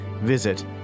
Visit